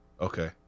okay